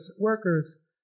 workers